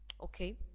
Okay